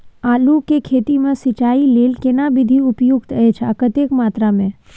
आलू के खेती मे सिंचाई लेल केना विधी उपयुक्त अछि आ कतेक मात्रा मे?